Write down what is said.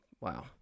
Wow